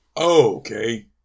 okay